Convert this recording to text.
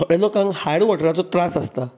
थोड्या लोकांक हार्ड वाॅटराचो त्रास आसता